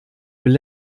will